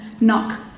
knock